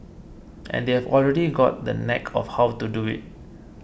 and they have already got the knack of how to do it